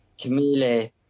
Camille